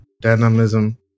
dynamism